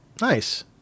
nice